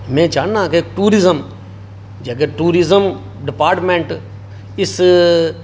में चाह्न्नां के टूरीजम जेकर टूरीजम डिपार्टमैंट इस चीज